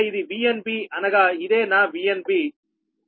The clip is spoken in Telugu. కనుక ఇది VnB అనగా ఇది నా VnB